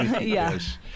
Yes